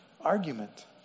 argument